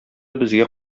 безгә